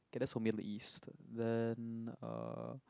okay that's for Middle East then uh